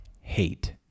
Hate